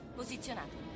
posizionato